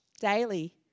daily